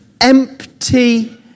empty